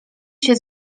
się